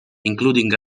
including